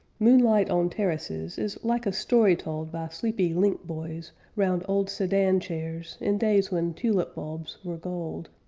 moonlight on terraces is like a story told by sleepy link-boys round old sedan chairs in days when tulip bulbs were gold.